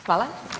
Hvala.